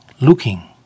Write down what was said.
looking